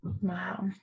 Wow